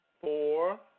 four